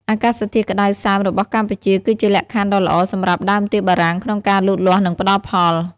អាកាសធាតុក្តៅសើមរបស់កម្ពុជាគឺជាលក្ខខណ្ឌដ៏ល្អសម្រាប់ដើមទៀបបារាំងក្នុងការលូតលាស់ និងផ្តល់ផល។